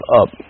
up